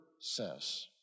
says